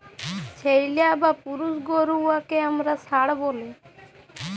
ছেইল্যা বা পুরুষ গরু উয়াকে আমরা ষাঁড় ব্যলি